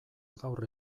gaur